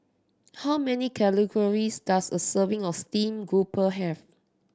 how many does a serving of steamed grouper have